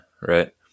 right